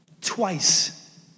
twice